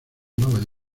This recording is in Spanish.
nobel